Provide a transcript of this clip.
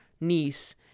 niece